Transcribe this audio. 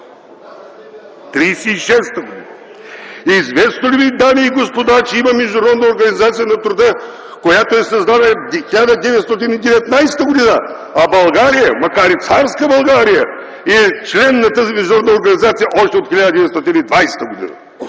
1936 г.? Известно ли ви е, дами и господа, че има Международна организация на труда, която е създадена 1919 г., а България, макар и царска България, е член на тази международна организация още от 1920 г.?